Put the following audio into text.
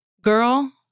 girl